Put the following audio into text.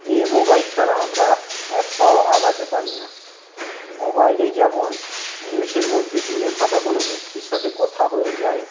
এই মোবাইল ছাড়া আমরা এক পাও এগোতে পারি না মোবাইলে যেমন নিমেষের মধ্যে দূরে থাকা কোনো ব্যক্তির সাথে কথা হয়ে যায়